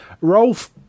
Rolf